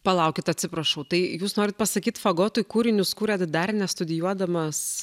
palaukit atsiprašau tai jūs norit pasakyt fagotui kūrinius kūrėt dar nestudijuodamas